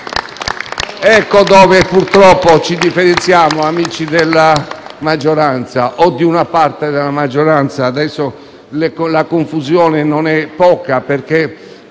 Ecco dove, purtroppo, ci differenziamo, amici della maggioranza (o di una parte della maggioranza; adesso la confusione non è poca, perché